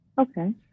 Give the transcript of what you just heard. Okay